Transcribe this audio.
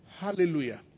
Hallelujah